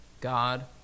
God